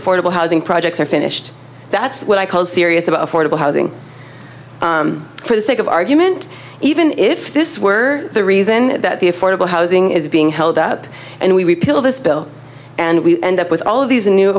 affordable housing projects are finished that's what i call serious about affordable housing for the sake of argument even if this were the reason that the affordable housing is being held up and we repeal this bill and we end up with all of these new